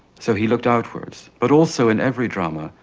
so he looked outwards. but also, in every drama,